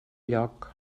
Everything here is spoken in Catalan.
lloc